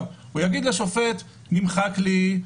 הוא יגיד לשופט: נמחק לי,